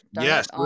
Yes